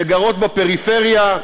שגרות בפריפריה.